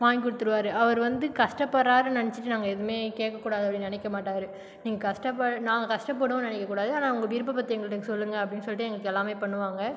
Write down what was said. வாங்கி கொடுத்துருவாரு அவர் வந்து கஷ்டப்படுறாருன்னு நினச்சிட்டு நாங்கள் எதுவுமே கேட்ககூடாது அப்படின்னு நினைக்க மாட்டார் நீங்கள் கஷ்டபடு நாங்கள் கஷ்டப்படுவோம்னு நினைக்க கூடாது ஆனால் உங்கள் விருப்பப்பத்தை எங்கள் கிட்ட சொல்லுங்கள் அப்படின்னு சொல்லிட்டு எங்களுக்கு எல்லாமே பண்ணுவாங்க